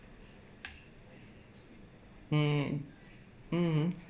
mm mm